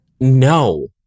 No